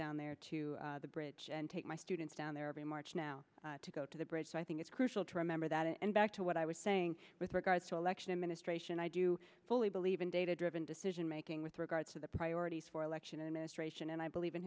down there to the bridge and take my students down there every march now to go to the bridge so i think it's crucial to remember that and back to what i was saying with regard to election administration i do you fully believe in data driven decision making with regard to the priorities for election administration and i believe in